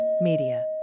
media